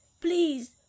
Please